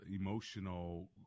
emotional